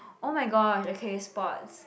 oh my god okay sports